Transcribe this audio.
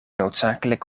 noodzakelijk